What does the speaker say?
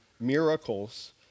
miracles